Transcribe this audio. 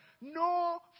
No